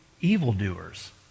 evildoers